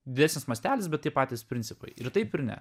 didesnis mastelis bet tie patys principai ir taip ir ne